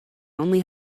only